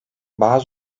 bazı